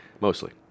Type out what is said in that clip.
Mostly